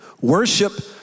Worship